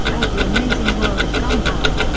as the amazing world of gumball.